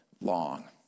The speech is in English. long